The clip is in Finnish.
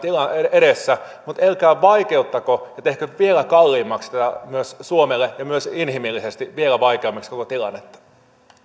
edessä mutta älkää vaikeuttako ja tehkö vielä kalliimmaksi tätä myös suomelle ja myös inhimillisesti vielä vaikeammaksi koko tilannetta